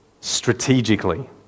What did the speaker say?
strategically